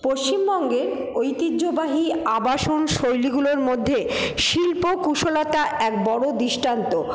পশ্চিমবঙ্গের ঐতিহ্যবাহী আবাসন শৈলীগুলোর মধ্যে শিল্পকুশলতা এক বড় দৃষ্টান্ত